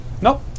Nope